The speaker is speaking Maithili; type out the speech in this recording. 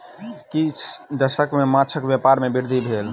किछ दशक सॅ माँछक व्यापार में वृद्धि भेल